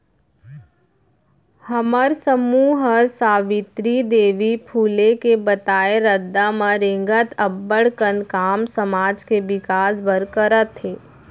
हमर समूह हर सावित्री देवी फूले के बताए रद्दा म रेंगत अब्बड़ कन काम समाज के बिकास बर करत हे